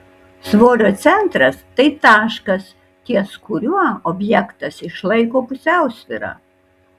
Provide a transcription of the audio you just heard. svorio centras tai taškas ties kuriuo objektas išlaiko pusiausvyrą